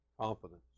confidence